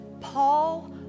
Paul